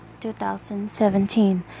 2017